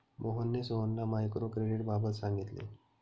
मोहनने सोहनला मायक्रो क्रेडिटबाबत सांगितले